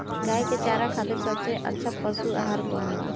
गाय के चारा खातिर सबसे अच्छा पशु आहार कौन बा?